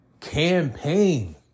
Campaign